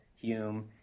Hume